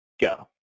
Go